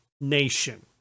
nation